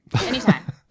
anytime